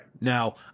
Now